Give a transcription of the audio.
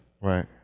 Right